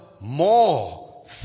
more